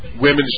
women's